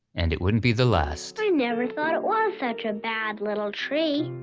and it wouldn't be the last. i never thought it was such a bad little tree.